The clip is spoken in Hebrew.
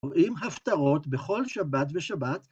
קוראים הפטרות בכל שבת ושבת.